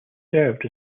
served